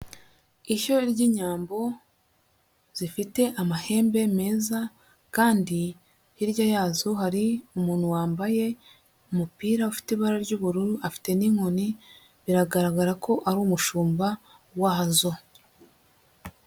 Ishyo ry'inyambo zifite amahembe meza kandi hirya yazo hari umuntu wambaye umupira ufite ibara ry'ubururu afite n'inkoni biragaragara ko ari umushumba wazo.